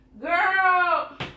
Girl